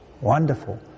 Wonderful